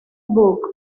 book